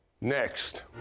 Next